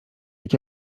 jak